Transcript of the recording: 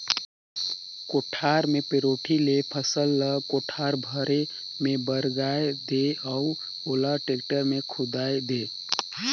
कोठार मे पैरोठी ले फसल ल कोठार भरे मे बगराय दे अउ ओला टेक्टर मे खुंदवाये दे